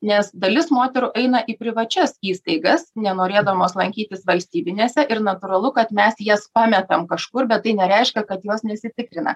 nes dalis moterų eina į privačias įstaigas nenorėdamos lankytis valstybinėse ir natūralu kad mes jas pametam kažkur bet tai nereiškia kad jos nesitikrina